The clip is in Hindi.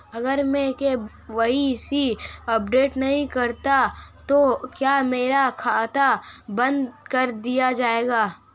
अगर मैं के.वाई.सी अपडेट नहीं करता तो क्या मेरा खाता बंद कर दिया जाएगा?